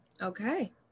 Okay